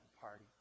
party